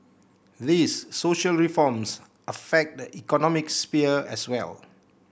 these social reforms affect the economic sphere as well